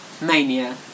mania